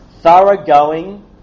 thoroughgoing